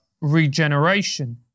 regeneration